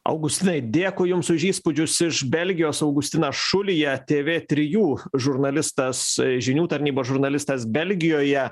augustinai dėkui jums už įspūdžius iš belgijos augustinas šulija tv trijų žurnalistas žinių tarnybos žurnalistas belgijoje